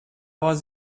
was